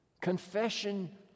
Confession